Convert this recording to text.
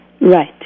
Right